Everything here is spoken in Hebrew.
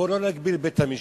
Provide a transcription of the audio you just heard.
בואו לא נגביל את בית-המשפט,